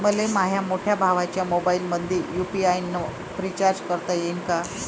मले माह्या मोठ्या भावाच्या मोबाईलमंदी यू.पी.आय न रिचार्ज करता येईन का?